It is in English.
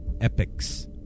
epics